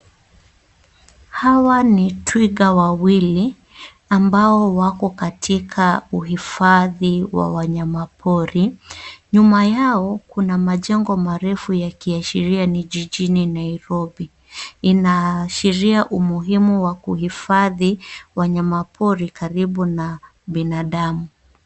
Hawa ni twiga wawili ambao wako katika uhifadhi wa wanyama pori. Nyuma yao kuna majengo marefu yakiashiria ni jijini Nairobi. Inaashiria umuhimu wa kuhifadhi wanyama pori karibu na binadamu.